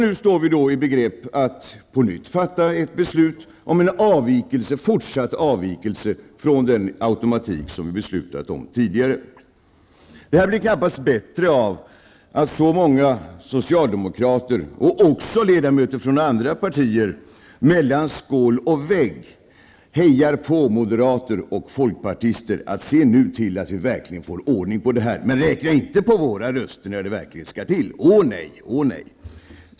Nu står vi i begrepp att på nytt fatta ett beslut om fortsatt avvikelse från den automatik som vi beslutat om tidigare. Det blir knappast bättre av att så många socialdemokrater, och också ledamöter från andra partier, mellan skål och vägg hejar på moderater och folkpartister: ''Se nu till att vi verkligen får ordning på det här. Men räkna inte på våra röster när det verkligen skall till -- ånej.''